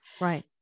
Right